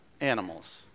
animals